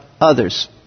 Others